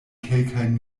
kelkajn